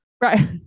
Right